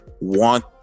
want